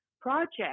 project